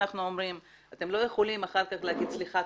אנחנו אומרים שאתם לא יכולים אחר כך להגיד: סליחה,